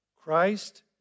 Christ